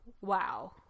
wow